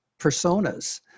personas